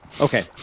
Okay